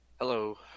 Hello